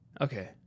Okay